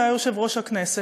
שהיה יושב-ראש הכנסת,